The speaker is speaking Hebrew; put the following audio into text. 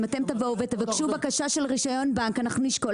אם אתם תבואו ותבקשו בקשה של רישיון בנק אנחנו נשקול